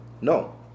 No